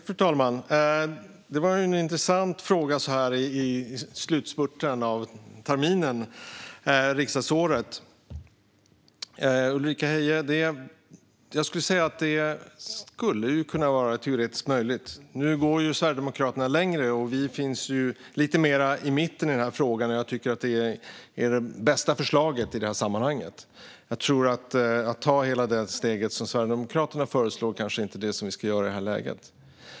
Fru talman! Det var en intressant fråga så här i slutspurten av terminen eller riksdagsåret, Ulrika Heie. Jag skulle säga att det skulle kunna vara teoretiskt möjligt. Nu går ju Sverigedemokraterna längre. Vi finns lite mer i mitten i denna fråga, och jag tycker att det är det bästa förslaget i det här sammanhanget. Att ta hela det steg som Sverigedemokraterna föreslår kanske inte är det vi ska göra i det här läget.